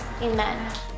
Amen